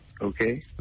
Okay